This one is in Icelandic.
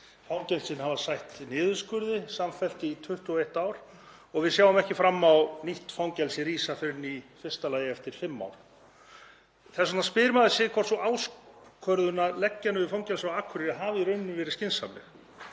Fangelsin hafa sætt niðurskurði samfellt í 21 ár og við sjáum ekki fram á að nýtt fangelsi rísi fyrr en í fyrsta lagi eftir fimm ár. Þess vegna spyr maður sig hvort sú ákvörðun að leggja niður fangelsið á Akureyri hafi í rauninni verið skynsamleg.